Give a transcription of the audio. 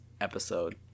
episode